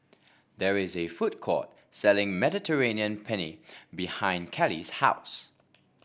there is a food court selling Mediterranean Penne behind Callie's house